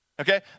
Okay